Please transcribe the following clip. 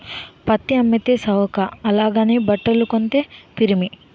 పత్తి అమ్మితే సవక అలాగని బట్టలు కొంతే పిరిమి